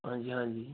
ਹਾਂਜੀ ਹਾਂਜੀ